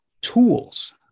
tools